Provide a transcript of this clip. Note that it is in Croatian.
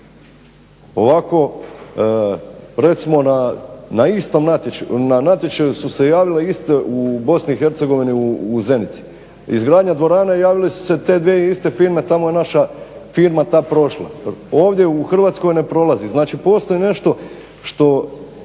Ovako recimo na natječaju su se javile iste u BiH u Zenici, izgradnja dvorane, javile su se te dvije iste firme, tamo je naša firma ta prošla. Ovdje u Hrvatskoj ne prolazi, znači postoji nešto što